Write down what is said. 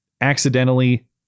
accidentally